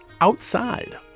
outside